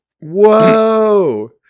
whoa